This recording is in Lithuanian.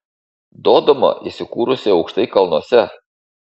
dodoma įsikūrusi aukštai kalnuose